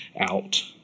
out